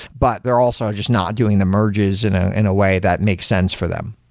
but they're also just not doing the merges in ah in a way that makes sense for them.